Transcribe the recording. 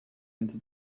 into